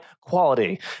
quality